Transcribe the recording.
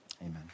amen